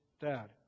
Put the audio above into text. dad